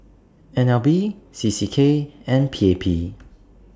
N L B C C K and P A P